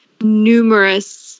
numerous